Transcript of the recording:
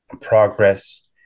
progress